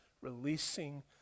releasing